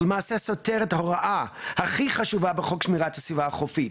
ולמעשה סותרת הוראה הכי חשובה בחוק שמירת הסביבה החופית.